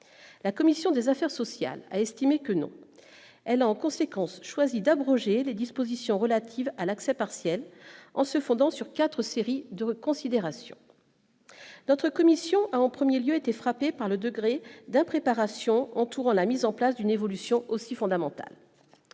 la commission des affaires sociales a estimé que non, elle a, en conséquence, choisi d'abroger les dispositions relatives à l'accès partiel en se fondant sur 4 séries de reconsidération notre commission a en 1er lieu été frappé par le degré d'impréparation entourant la mise en place d'une évolution aussi fondamental